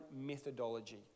methodology